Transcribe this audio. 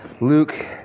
Luke